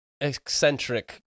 eccentric